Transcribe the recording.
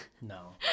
No